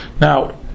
Now